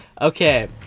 Okay